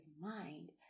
mind